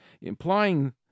implying